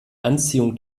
anziehung